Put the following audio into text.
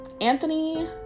Anthony